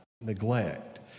neglect